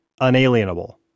Unalienable